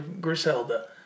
Griselda